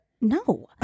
No